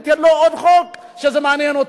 ניתן לו עוד חוק שמעניין אותו.